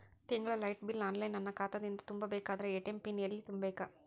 ತಿಂಗಳ light bill online ನನ್ನ ಖಾತಾ ದಿಂದ ತುಂಬಾ ಬೇಕಾದರ ಎ.ಟಿ.ಎಂ ಪಿನ್ ಎಲ್ಲಿ ತುಂಬೇಕ?